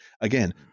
again